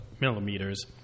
millimeters